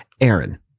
Aaron